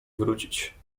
wrócić